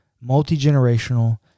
multi-generational